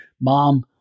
mom